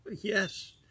Yes